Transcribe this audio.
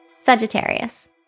Sagittarius